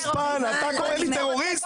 חוצפן, אתה קורא לי טרוריסט?